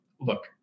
look